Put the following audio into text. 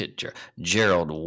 Gerald